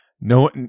no